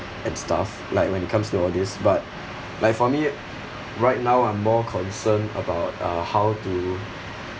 and stuff like when it comes to all this but like for me right now I'm more concerned about uh how to